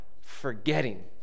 forgetting